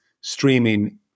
streaming